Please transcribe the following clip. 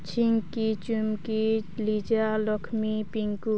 Chhinki Chumki Liza Lakshmi Pinku